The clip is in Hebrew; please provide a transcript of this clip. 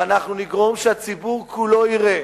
ואנחנו נגרום לכך שהציבור כולו יראה